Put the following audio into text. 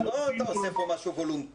זה לא שאתה עושה כאן משהו וולנטרי.